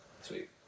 Sweet